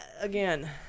again